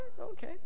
Okay